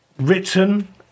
written